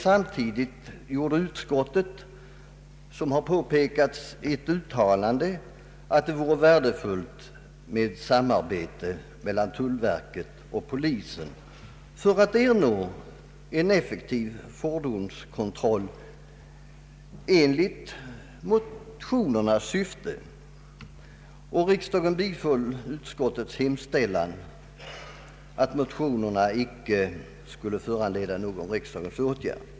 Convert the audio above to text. Samtidigt gjorde emellertid utskottet — såsom har påpekats — det uttalandet att det skulle vara värdefullt med ett samarbete mellan tullverket och polisen för att ernå en effektiv fordonskontroll, enligt motionernas syfte. Kamrarna biföll utskottets hemställan att motionerna icke skulle föranleda någon riksdagens åtgärd.